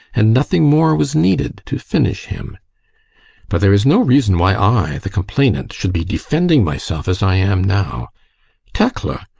and nothing more was needed to finish him but there is no reason why i, the complainant, should be defending myself as i am now tekla!